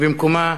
שבמקומה,